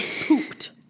pooped